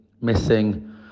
missing